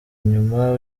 inyuma